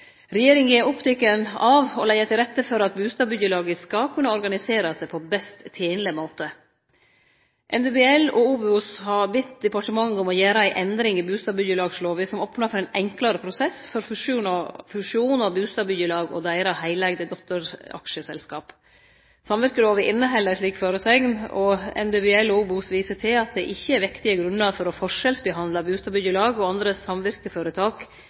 Regjeringa er oppteken av å leggje til rette for at bustadbyggjelaga skal kunne organisere seg på best tenlege måte. NBBL og OBOS har bede departementet om å gjere ei endring i bustadbyggjelagslova som opnar for ein enklare prosess for fusjon av bustadbyggjelag og deira heileigde dotteraksjeselskap. Samvirkelova inneheld ei slik føresegn. NBBL og OBOS viser til at det ikkje er vektige grunnar for å forskjellsbehandle bustadbyggjelag og andre